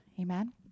Amen